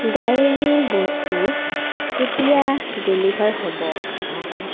ডায়েৰীৰ বস্তু কেতিয়া ডেলিভাৰ হ'ব